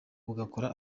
bugakora